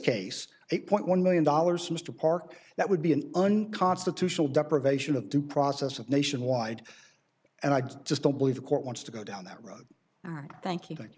a point one million dollars mr park that would be an unconstitutional deprivation of due process of nationwide and i just don't believe the court wants to go down that road thank you thank you